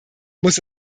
muss